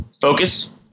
Focus